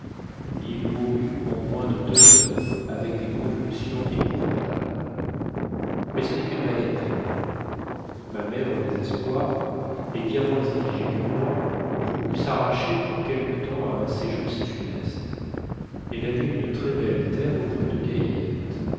il mourut en moins de deux heures avec des convulsions épouvantables mais ce n'est qu'une bagatelle ma mère au désespoir et bien moins affligée que moi voulut s'arracher pour quelque temps à un séjour si funeste elle avait une très belle terre auprès de gaïète